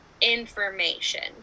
information